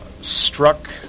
struck